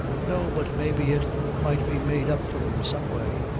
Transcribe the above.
no, but maybe it might be made up for them some way.